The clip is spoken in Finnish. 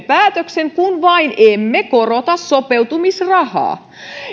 päätöksen kun vain emme korota sopeutumisrahaa